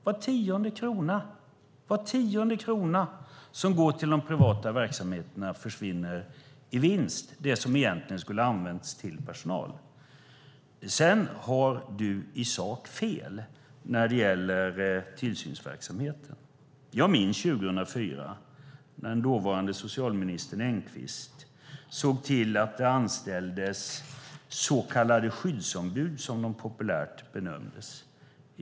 Var tionde krona som går till de privata verksamheterna - det som egentligen skulle ha använts till personal - försvinner i vinst! Sedan har du i sak fel när det gäller tillsynsverksamheten. Jag minns 2004, när den dåvarande socialministern Engqvist såg till att det anställdes skyddsombud, som de populärt benämndes.